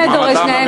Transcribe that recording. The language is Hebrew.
את מעמדם